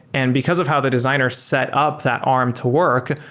and because of how the designer set up that arm to work,